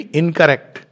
incorrect